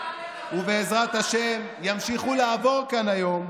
ובעזרת השם ימשיכו לעבור כאן היום,